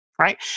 right